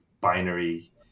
binary